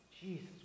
Jesus